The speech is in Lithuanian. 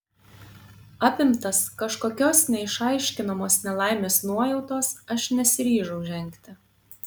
apimtas kažkokios neišaiškinamos nelaimės nuojautos aš nesiryžau žengti